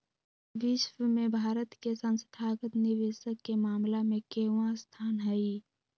विश्व में भारत के संस्थागत निवेशक के मामला में केवाँ स्थान हई?